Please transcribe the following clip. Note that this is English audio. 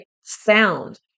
Sound